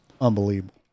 unbelievable